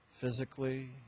physically